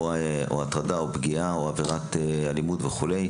שעברו הטרדה או פגיעה או עבירת אלימות וכו',